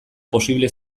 posible